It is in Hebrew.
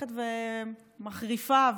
שהולכת ומחריפה,